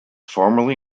formerly